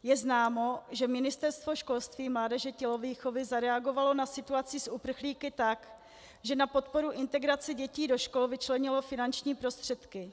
Je známo, že Ministerstvo školství, mládeže, tělovýchovy zareagovalo na situaci s uprchlíky tak, že na podporu integrace dětí do škol vyčlenilo finanční prostředky.